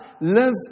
Live